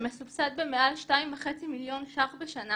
שמסובסד במעל 2.5 מיליון ש"ח בשנה